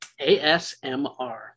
ASMR